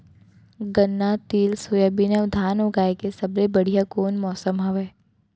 गन्ना, तिल, सोयाबीन अऊ धान उगाए के सबले बढ़िया कोन मौसम हवये?